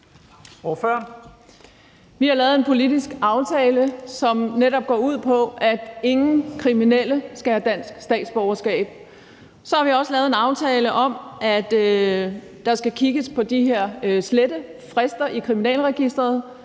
Vi har lavet en politisk aftale, som netop går ud på, at ingen kriminelle skal have dansk statsborgerskab. Så har vi også lavet en aftale om, at der skal kigges på de her slettefrister i Kriminalregisteret,